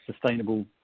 sustainable